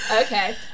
okay